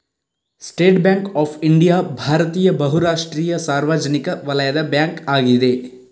state Bank of India ಭಾರತೀಯ ಬಹು ರಾಷ್ಟ್ರೀಯ ಸಾರ್ವಜನಿಕ ವಲಯದ ಬ್ಯಾಂಕ್ ಅಗಿದೆ